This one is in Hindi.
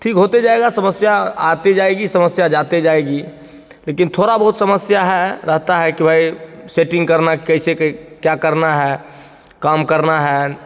ठीक होते जाएगा समस्या आते जाएगी समस्या जाते जाएगी लेकिन थोड़ा बहुत समस्या है रहता है कि भाई सेटिंग करना कैसे कै क्या करना है काम करना है